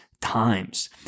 Times